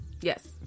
Yes